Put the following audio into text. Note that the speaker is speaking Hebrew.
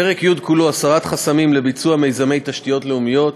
פרק י' כולו (הסרת חסמים לביצוע מיזמי תשתיות לאומיות),